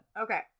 okay